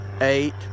eight